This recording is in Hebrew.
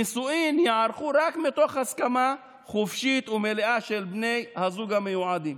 נישואין ייערכו רק מתוך הסכמה חופשית ומלאה של בני הזוג המיועדים.